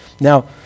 Now